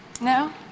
No